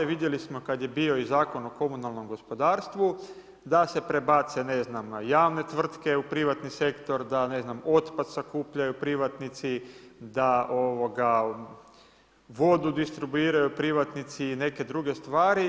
Vidjeli smo kad je bio i Zakon o komunalnom gospodarstvu da se prebace ne znam na javne tvrtke u privatni sektor, da ne znam otpad sakupljaju privatnici, da vodu distribuiraju privatnici i neke druge stvari.